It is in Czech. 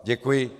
Děkuji.